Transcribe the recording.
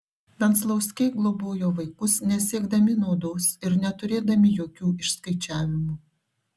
venclauskiai globojo vaikus nesiekdami naudos ir neturėdami jokių išskaičiavimų